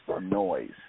noise